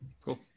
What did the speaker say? cool